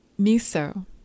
miso